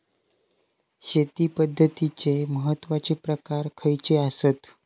शेती पद्धतीचे महत्वाचे प्रकार खयचे आसत?